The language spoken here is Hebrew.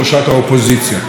איש איש בדרכו,